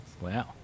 Wow